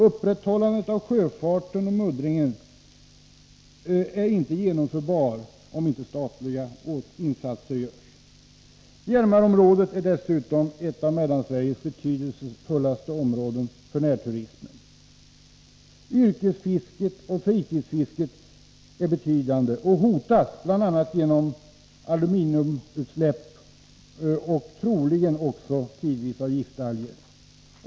Sjöfarten kan inte upprätthållas och muddring är inte genomförbar, om inte statliga insatser görs. Hjälmarområdet är dessutom ett av Mellansveriges betydelsefullaste områden för närturism. Yrkesfisket och fritidsfisket är betydande och hotas bl.a. genom aluminiumutsläpp och troligen tidvis också av giftalger.